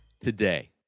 today